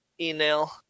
email